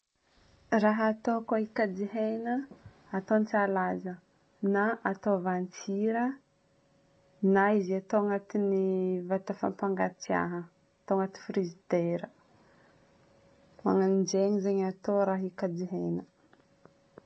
Raha toa ka hikajy hena, atôn-tsalaza na atôvan-tsira, na izy atao agnatin'ny vata fampangatsiahagna, atao agnaty frigidaire. Magnano zegny zegny atao raha hikajy hena.